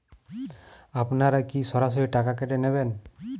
আপনারা কি সরাসরি টাকা কেটে নেবেন?